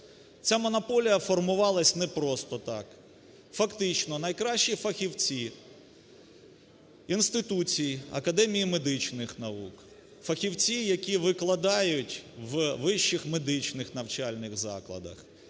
Ця монополія формувалася не просто так, фактично найкращі фахівці інституцій, Академії медичних наук, фахівці, які викладають в вищих медичних навчальних закладах